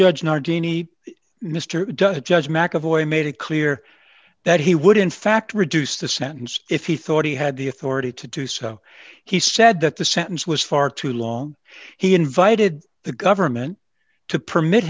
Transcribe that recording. nardini mr does judge mcevoy made it clear that he would in fact reduce the sentence if he thought he had the authority to do so he said that the sentence was far too long he invited the government to permit